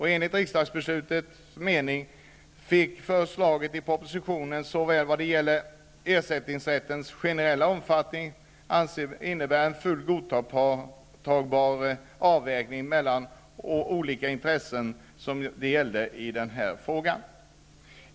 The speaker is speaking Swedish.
I enlighet med riksdagsbeslutet ansågs förslaget i propositionen vad gäller ersättningsrättens generella omfattning innebära en fullt godtagbar avvägning mellan de olika intressen som det handlade om i den här frågan.